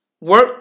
work